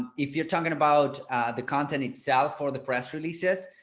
if you're talking about the content itself or the press releases,